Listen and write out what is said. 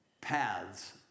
paths